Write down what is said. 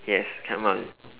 yes come on